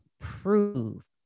prove